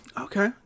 Okay